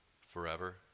forever